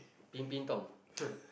peeping Tom